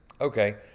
Okay